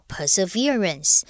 Perseverance